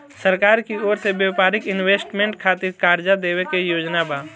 सरकार की ओर से व्यापारिक इन्वेस्टमेंट खातिर कार्जा देवे के योजना बा